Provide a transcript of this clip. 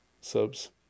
subs